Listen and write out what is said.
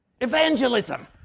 Evangelism